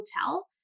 hotel